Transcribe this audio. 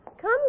come